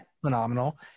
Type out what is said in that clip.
phenomenal